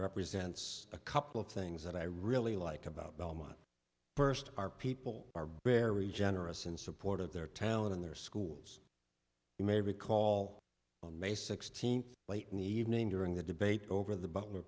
represents a couple of things that i really like about belmont first our people are barry generous in support of their talent in their schools you may recall on may sixteenth late in the evening during the debate over the bu